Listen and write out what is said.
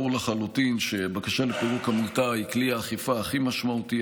ברור לחלוטין שבקשה לפירוק עמותה היא כלי האכיפה הכי משמעותי,